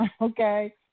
okay